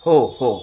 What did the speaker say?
हो हो